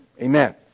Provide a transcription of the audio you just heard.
Amen